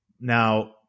Now